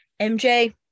mj